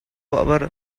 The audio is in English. our